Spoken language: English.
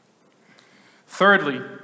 Thirdly